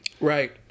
Right